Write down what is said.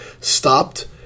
stopped